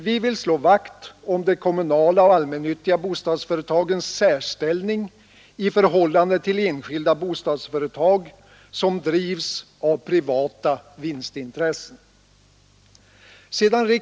Vi vill slå vakt om de kommunala och allmännyttiga tgärder för ökad som drivs av privata vinstintressen.